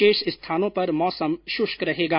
शेष स्थानों पर मौसम शुष्क रहेगा